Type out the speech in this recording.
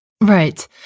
Right